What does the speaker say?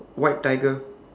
white tiger